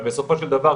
אבל בסופו של דבר,